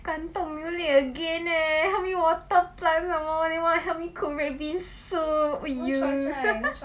感动流泪 again leh help me water plant somemore then want help me cook red bean soup !aiyo!